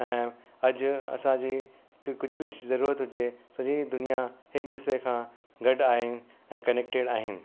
ऐं अॼु असांजी कुझु बि ज़रूरत हुजे सॼी दुनियां हिकु दूसरे खां गॾु आहिनि ऐं कनेक्टेड आहिनि